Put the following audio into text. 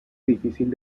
difícil